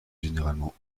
généralement